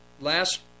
last